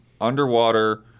underwater